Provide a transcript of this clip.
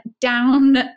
down